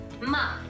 ma